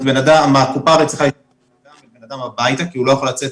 אם הקופה צריכה להגיע לבן אדם הביתה כי הוא לא יכול לצאת,